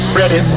ready